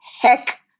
heck